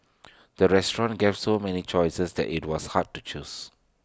the restaurant gave so many choices that IT was hard to choose